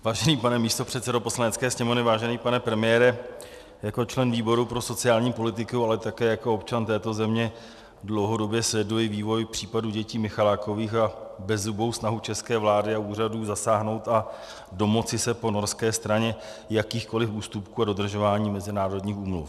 Vážený pane místopředsedo Poslanecké sněmovny, vážený pane premiére, jako člen výboru pro sociální politiku, ale také jako občan této země, dlouhodobě sleduji vývoj případu dětí Michalákových a bezzubou snahu české vlády a úřadů zasáhnout a domoci se po norské straně jakýchkoliv ústupků a dodržování mezinárodních úmluv.